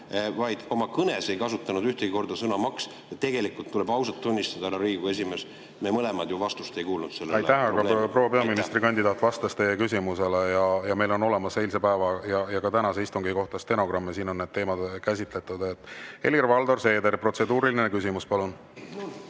vaid oma kõnes – ei kasutanud ühtegi korda sõna "maks". Tegelikult tuleb ausalt tunnistada, härra Riigikogu esimees, me mõlemad ju vastust ei kuulnud sellele. Aitäh! Aga proua peaministrikandidaat vastas teie küsimusele ja meil on olemas eilse päeva ja ka tänase istungi kohta stenogramm ja siin on need teemad käsitletud. Helir-Valdor Seeder, protseduuriline küsimus, palun!